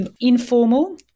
informal